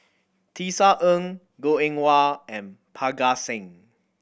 Tisa Ng Goh Eng Wah and Parga Singh